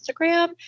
Instagram